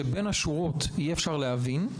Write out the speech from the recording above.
שבין השורות אפשר יהיה להבין,